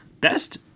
Best